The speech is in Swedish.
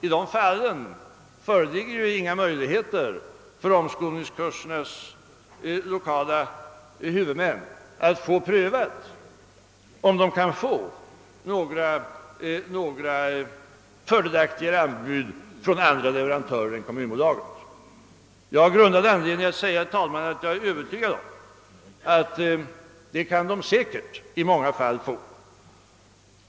I dessa fall föreligger inga möjligheter för omskolningskursernas lokala huvudmän att pröva om de kan få fördelaktigare anbud från andra leverantörer än från kommunbolaget. Jag har grundad anledning, herr talman, att säga att jag är övertygad om att de i många fall säkert kan få sådana bättre anbud.